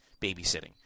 babysitting